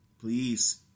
please